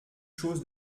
chose